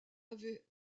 avait